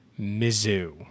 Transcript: Mizzou